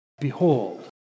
Behold